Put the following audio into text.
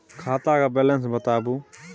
खाता के बैलेंस बताबू?